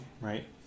right